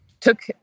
took